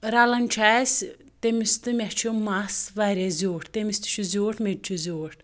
رلان چُھ اَسہٕ تٔمِس تہِ مےٚ چھُ مس واریاہ زیوٗٹھ تٔمِس تہِ چھُ زیوٗٹھ مےٚ تہِ چھُ زیوٗٹھ